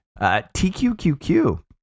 TQQQ